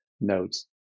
notes